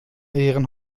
ihren